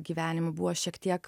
gyvenimo buvo šiek tiek